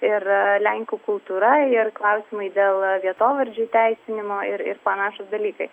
ir lenkų kultūra ir klausimai dėl vietovardžių įteisinimo ir ir panašūs dalykai